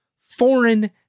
foreign